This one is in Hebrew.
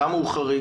למה הוא חריג?